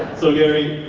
so gary,